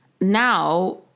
now